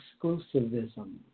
exclusivism